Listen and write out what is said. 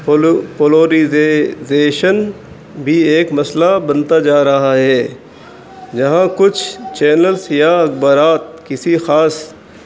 ولو پولوریزیزیشن بھی ایک مسئلہ بنتا جا رہا ہے جہاں کچھ چینلس یا اخبارات کسی خاص